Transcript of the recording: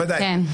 ודאי.